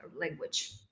language